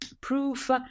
proof